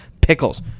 Pickles